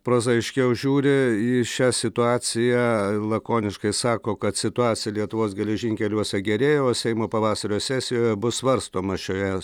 prozaiškiau žiūri į šią situaciją lakoniškai sako kad situacija lietuvos geležinkeliuose gerėja o seimo pavasario sesijoje bus svarstoma šioje